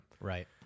right